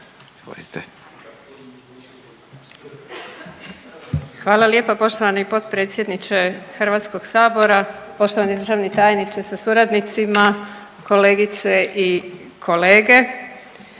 Hvala lijepa. Poštovani potpredsjedniče Sabora, poštovani državni tajniče sa suradnicima, kolegice i kolege.